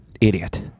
Idiot